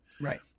Right